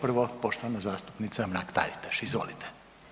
Prvo poštovana zastupnica Mrak-Taritaš, izvolite.